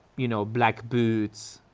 you know black boots,